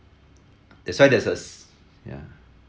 that's why there's a s~ ya